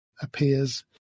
appears